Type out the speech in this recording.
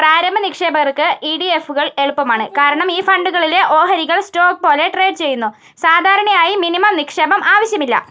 പ്രാരംഭ നിക്ഷേപകർക്ക് ഇടിഎഫുകൾ എളുപ്പമാണ് കാരണം ഈ ഫണ്ടുകളിലെ ഓഹരികൾ സ്റ്റോക്ക് പോലെ ട്രേഡ് ചെയ്യുന്നു സാധാരണയായി മിനിമം നിക്ഷേപം ആവശ്യമില്ല